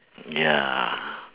ya